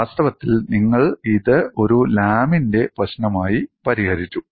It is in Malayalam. വാസ്തവത്തിൽ നിങ്ങൾ ഇത് ഒരു ലാമിന്റെ പ്രശ്നമായി പരിഹരിച്ചു